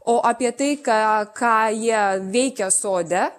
o apie tai ką ką jie veikia sode